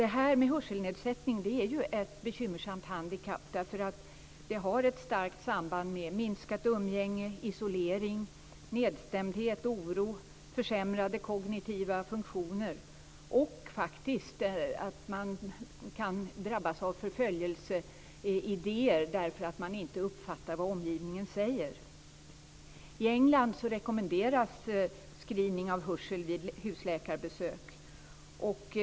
Hörselnedsättning är ett bekymmersamt handikapp, därför att det har ett starkt samband med minskat umgänge, isolering, nedstämdhet, oro, försämrade kognitiva funktioner, och man kan faktiskt drabbas av förföljseidéer därför att man inte uppfattar vad omgivningen säger. I England rekommenderas screening av hörsel vid husläkarbesök.